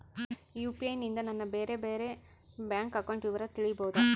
UPI ನಿಂದ ನನ್ನ ಬೇರೆ ಬೇರೆ ಬ್ಯಾಂಕ್ ಅಕೌಂಟ್ ವಿವರ ತಿಳೇಬೋದ?